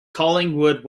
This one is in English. collingwood